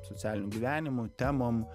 socialiniu gyvenimu temom